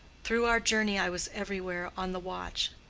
through our journey i was everywhere on the watch.